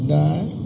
die